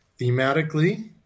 thematically